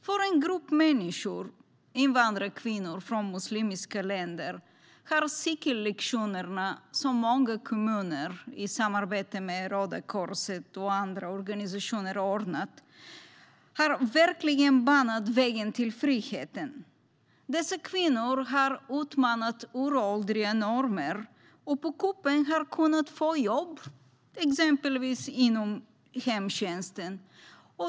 För en grupp människor, invandrarkvinnor från muslimska länder, har cykellektionerna, som många kommuner i samarbete med Röda Korset och andra organisationer ordnat, verkligen banat vägen till friheten. Dessa kvinnor har utmanat uråldriga normer och har på kuppen kunnat få jobb, exempelvis inom hemtjänsten.